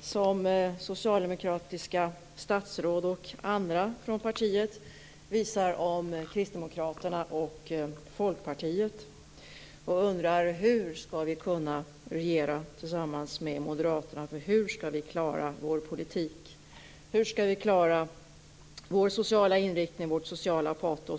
som socialdemokratiska statsråd och andra från partiet visar om Kristdemokraterna och Folkpartiet när de undrar hur vi skall kunna regera tillsammans med Moderaterna, hur vi skall klara vår politik och hur vi skall klara vår sociala inriktning och vårt sociala patos.